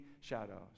shadows